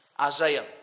Isaiah